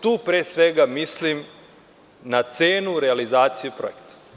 Tu, pre svega mislim na cenu realizacije projekta.